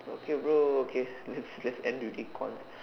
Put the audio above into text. okay bro okay let's end with this call